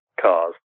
cars